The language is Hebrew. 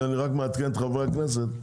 אני רק מעדכן את חברי הכנסת,